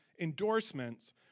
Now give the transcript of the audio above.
endorsements